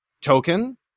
token